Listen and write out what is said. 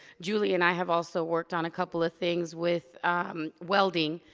julie and i have also worked on a couple of things with welding.